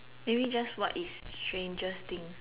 maybe just what is strangest thing